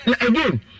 Again